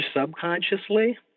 subconsciously